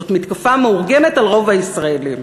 זאת מתקפה מאורגנת על רוב הישראלים.